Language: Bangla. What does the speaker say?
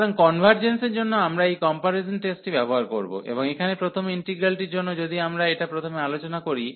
সুতরাং কনভার্জেন্সের জন্য আমরা এই কম্পারিজন টেস্টটি ব্যবহার করব এবং এখানে প্রথম ইন্টিগ্রালটির জন্য যদি আমরা এটা প্রথমে আলোচনা করি